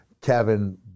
Kevin